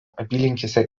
apylinkėse